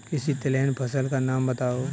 किसी तिलहन फसल का नाम बताओ